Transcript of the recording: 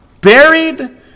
buried